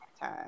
time